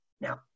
Now